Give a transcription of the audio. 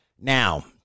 Now